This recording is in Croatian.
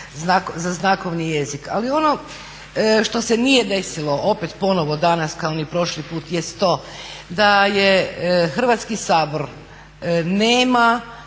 za znakovni jezik. Ali ono što se nije desilo opet ponovo danas kao ni prošli put jest to da je Hrvatski sabor nema